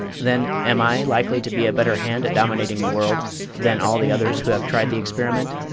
then, am i likely to be a better hand at dominating the world than all the others who have tried the experiment?